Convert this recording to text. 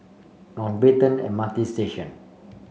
Mountbatten M R T Station